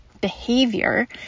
behavior